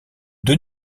deux